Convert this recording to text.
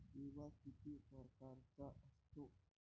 बिमा किती परकारचा असतो?